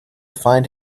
find